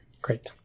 Great